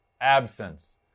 absence